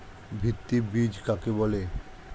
ভিত্তি বীজ কাকে বলে?